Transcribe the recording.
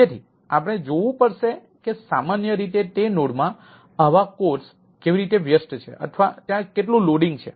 તેથી આપણે જોવું પડશે કે સામાન્ય રીતે તે નોડ માં આ કોડ્સ કેવી રીતે વ્યસ્ત છે અથવા ત્યાં કેટલું લોડિંગ છે